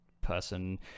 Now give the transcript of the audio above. person